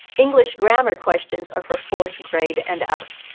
english grammar questions are for fourth grade and up.